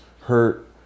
hurt